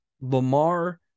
Lamar